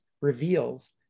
reveals